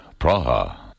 Praha